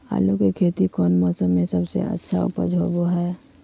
आलू की खेती कौन मौसम में सबसे अच्छा उपज होबो हय?